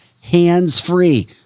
hands-free